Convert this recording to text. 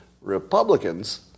Republicans